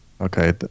Okay